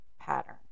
pattern